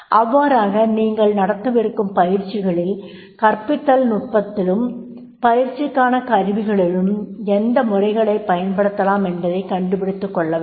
அவ்வாறாக நீங்கள் நடத்தவிருக்கும் பயிற்சியில் கற்பித்தல் நுட்பத்திலும் பயிற்சிக்கான கருவிகளிலும் எந்த முறைகளைப் பயன்படுத்தலாம் என்பதை கண்டுபிடித்துக் கொள்ளவேண்டும்